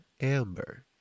Amber